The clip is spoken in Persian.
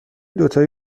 دوتایی